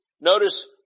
notice